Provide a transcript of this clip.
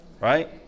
Right